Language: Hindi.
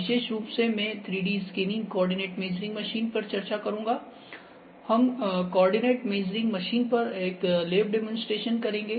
विशेष रूप से मैं 3D scanning coordinate measuring machine पर चर्चा करूंगा हम कोआर्डिनेट मेजरिंग मशीन पर एक लैब डेमोंस्ट्रेशन करेंगे